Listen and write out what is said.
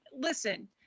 listen